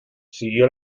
siguió